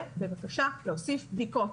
ובבקשה להוסיף בדיקות.